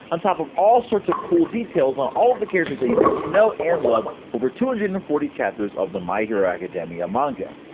ontop of all sorts of cool details on all the characters you've come to know and love over two hundred and forty chapters of the my hero academia manga!